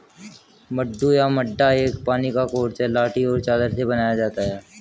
मड्डू या मड्डा एक पानी का कोर्स है लाठी और चादर से बनाया जाता है